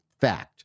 fact